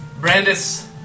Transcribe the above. Brandis